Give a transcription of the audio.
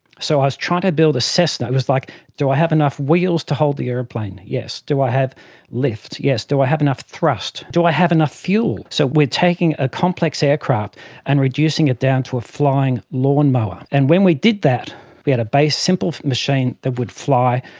so i was trying to build a cessna, it was like do i have enough wheels to hold the aeroplane? yes. do i have lift? yes. do i have enough thrust? do i have enough fuel? so we are taking a complex aircraft and reducing it down to a flying lawnmower. and when we did that we had a base simple machine that would fly,